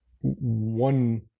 one